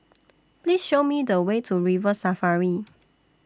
Please Show Me The Way to River Safari